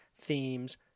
themes